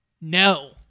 no